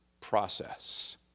process